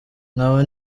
nkaba